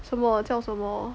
什么叫什么